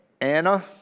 Anna